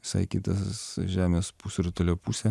visai kitas žemės pusrutulio pusė